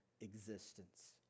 existence